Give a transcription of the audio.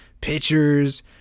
pictures